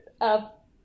up